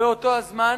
באותו הזמן